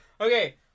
Okay